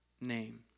name